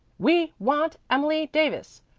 we want emily davis.